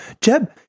Jeb